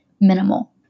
minimal